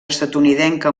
estatunidenca